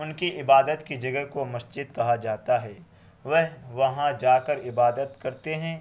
ان کی عبادت کی جگہ کو مسجد کہا جاتا ہے وہ وہاں جا کر عبادت کرتے ہیں